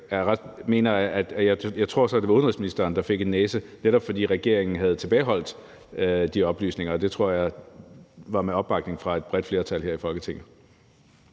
jeg husker det, var det vist udenrigsministeren, der fik en næse, netop fordi regeringen havde tilbageholdt de oplysninger. Det tror jeg var med opbakning fra et bredt flertal her i Folketinget.